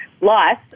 loss